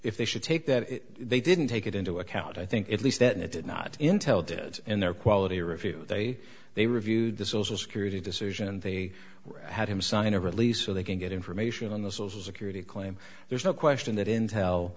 if they should take that they didn't take it into account i think at least that they did not intel did in their quality or if you they they reviewed the social security decision and they had him sign a release so they can get information on the social security claim there's no question that intel